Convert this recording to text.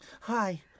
Hi